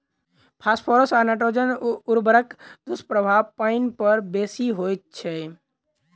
phosphorus आ nitrogen उर्वरकक दुष्प्रभाव पाइन पर बेसी होइत छै